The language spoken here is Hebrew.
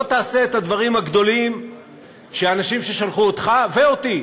לא תעשה את הדברים הגדולים שאנשים ששלחו אותך ואותי,